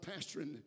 pastoring